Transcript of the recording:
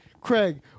Craig